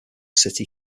city